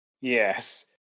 Yes